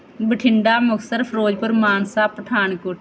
Bathinda Muktsar Firozpur Mansa Pathankot